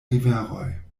riveroj